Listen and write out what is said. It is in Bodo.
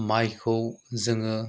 मायखौ जोङो